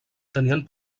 tenien